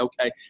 okay